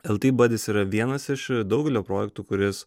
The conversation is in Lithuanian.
el ti badis yra vienas iš daugelio projektų kuris